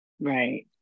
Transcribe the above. Right